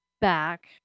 back